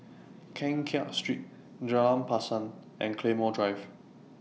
Keng Kiat Street Jalan and Claymore Drive